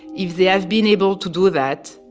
if they have been able to do that,